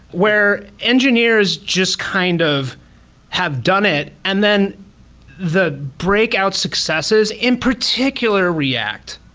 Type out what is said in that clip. where engineers just kind of have done it and then the breakout successes, in particular, react,